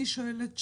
אני שואלת שאלות.